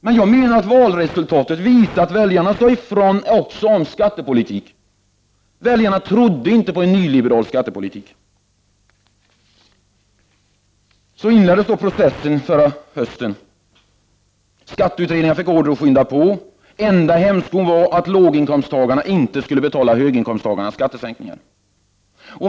Men av valresultatet framgick att väljarna sade ifrån också i fråga om skattepolitiken. Väljarna trodde inte på en nyliberal skattepolitik. Så inleddes processen förra hösten. Arbetande skatteutredningar fick order om att skynda på. Den enda hämskon var att låginkomsttagarna inte skulle betala höginkomsttagarnas skattesänkningar.